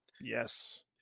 Yes